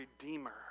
redeemer